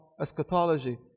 eschatology